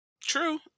True